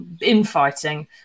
infighting